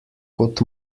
kot